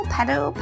Pedal